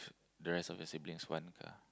the rest of your siblings one car